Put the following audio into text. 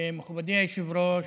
מכובדי היושב-ראש,